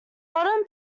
modern